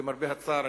למרבה הצער,